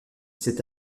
cette